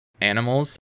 animals